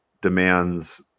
demands